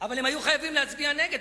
והם היו חייבים להצביע נגד.